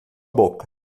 boca